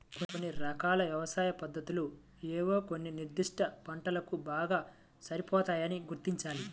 కొన్ని రకాల వ్యవసాయ పద్ధతులు ఏవో కొన్ని నిర్దిష్ట పంటలకు బాగా సరిపోతాయని గుర్తించాలి